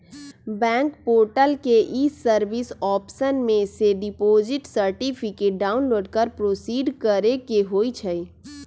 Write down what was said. bank portal के e service option में से डिपॉजिट सर्टिफिकेट डाउनलोड कर प्रोसीड करेके होइ छइ